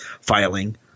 filing